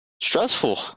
stressful